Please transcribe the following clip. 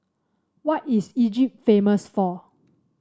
what is Egypt famous for